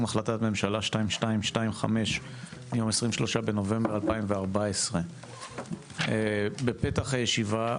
החלטת ממשלה 2225 מיום 23 בנובמבר 2014. בפתח הישיבה,